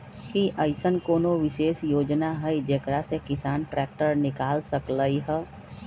कि अईसन कोनो विशेष योजना हई जेकरा से किसान ट्रैक्टर निकाल सकलई ह?